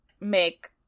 make